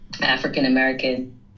African-American